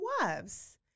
wives